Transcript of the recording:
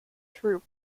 through